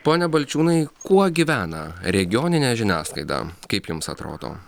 pone balčiūnai kuo gyvena regioninė žiniasklaida kaip jums atrodo